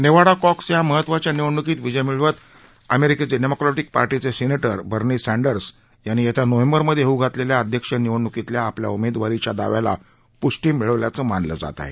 Nevada caucus या महत्वाच्या निवडणुकीत विजय मिळवत अमेरिकेचे डेमोक्रविक पार्टीचे सिनेटर बर्नी संडिर्स यांनी येत्या नोव्हेंबर मध्ये होऊ घातलेल्या अध्यक्षीय निवडणुकीतल्या आपल्या उमेदवारीच्या दाव्याला पुष्टी मिळवल्याचं मानलं जात आहे